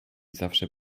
zawsze